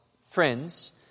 friends